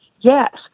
Yes